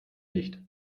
nicht